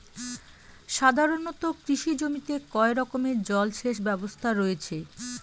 সাধারণত কৃষি জমিতে কয় রকমের জল সেচ ব্যবস্থা রয়েছে?